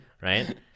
right